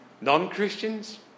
Non-Christians